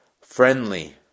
friendly